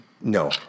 No